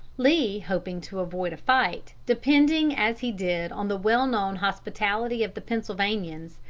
lee hoping to avoid a fight, depending as he did on the well-known hospitality of the pennsylvanians,